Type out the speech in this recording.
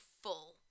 full